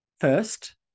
first